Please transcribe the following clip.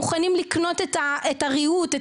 מוכנים לקנות את הריהוט,